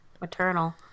maternal